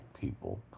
people